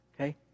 Okay